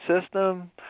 system